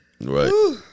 Right